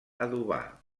adobar